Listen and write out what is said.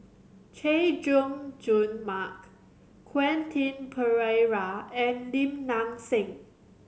Chay Jung Jun Mark Quentin Pereira and Lim Nang Seng